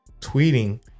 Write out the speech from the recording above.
tweeting